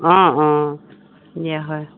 অঁ অঁ দিয়া হয়